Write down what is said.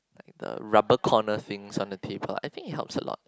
the rubber corner things on the table I think it helps a lot